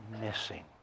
missing